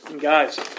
Guys